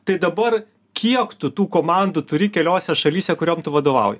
tai dabar kiek tu tų komandų turi keliose šalyse kuriom tu vadovauji